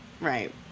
right